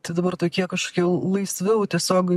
tai dabar tokie kažkokie laisviau tiesiog